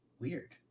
Weird